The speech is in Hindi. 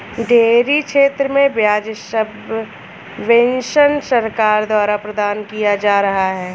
डेयरी क्षेत्र में ब्याज सब्वेंशन सरकार द्वारा प्रदान किया जा रहा है